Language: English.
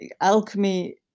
Alchemy